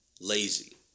lazy